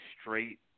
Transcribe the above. straight